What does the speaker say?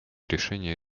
решения